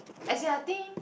as in I think